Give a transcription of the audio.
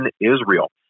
Israel